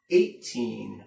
eighteen